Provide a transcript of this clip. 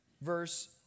verse